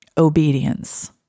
Obedience